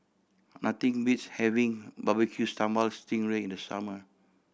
nothing beats having Barbecue Sambal sting ray in the summer